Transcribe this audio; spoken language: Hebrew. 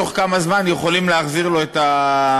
תוך כמה זמן יכולים להחזיר לו את התעודה.